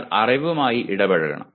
അയാൾ അറിവുമായി ഇടപഴകണം